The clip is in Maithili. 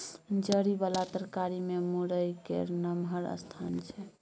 जरि बला तरकारी मे मूरइ केर नमहर स्थान छै